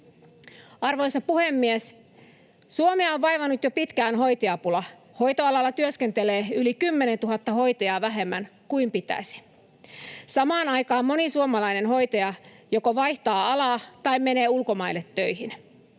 Arvoisa puhemies! Suomea on vaivannut jo pitkään hoitajapula. Hoitoalalla työskentelee yli 10 000 hoitajaa vähemmän kuin pitäisi, samaan aikaan moni suomalainen hoitaja joko vaihtaa alaa tai menee ulkomaille töihin.